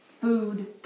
Food